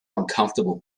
uncomfortable